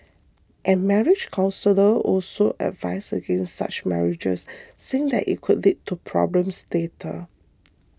and marriage counsellor also advise against such marriages saying that it could lead to problems later